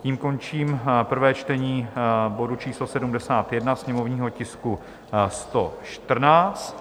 Tím končím prvé čtení bodu číslo 71, sněmovního tisku 114.